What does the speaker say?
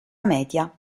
media